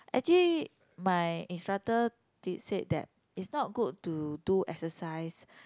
actually my instructor did said that it's not good to do exercise